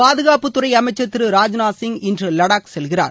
பாதுகாப்புத்துறை அமைச்சர் திரு ராஜ்நாத் சிங் இன்று லடாக் செல்கிறாார்